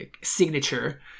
signature